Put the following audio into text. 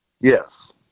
Yes